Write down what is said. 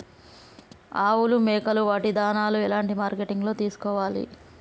ఆవులు మేకలు వాటి దాణాలు ఎలాంటి మార్కెటింగ్ లో తీసుకోవాలి?